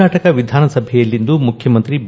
ಕರ್ನಾಟಕ ವಿಧಾನಸಭೆಯಲ್ಲಿಂದು ಮುಖ್ಯಮಂತ್ರಿ ಬಿ